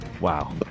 Wow